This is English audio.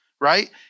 right